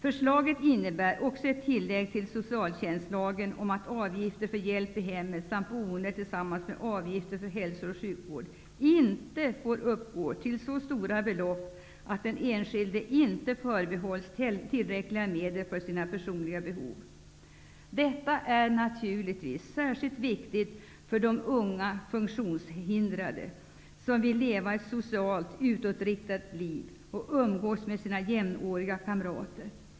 Förslaget innebär också ett tillägg till socialtjänstlagen om att avgifter för hjälp i hemmet och boende tillsammans med avgifter för hälsooch sjukvård inte får uppgå till så stora belopp att den enskilde inte förbehålls tillräckliga medel för sina personliga behov. Detta är naturligtvis särskilt viktigt för de unga funktionshindrade som vill leva ett socialt utåtriktat liv och umgås med sina jämnåriga kamrater.